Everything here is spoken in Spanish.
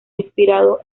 inspirado